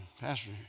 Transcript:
Pastor